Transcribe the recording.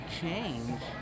change